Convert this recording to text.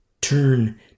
Turn